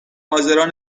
حاضران